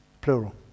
plural